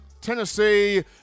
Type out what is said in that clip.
Tennessee